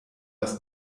ist